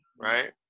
right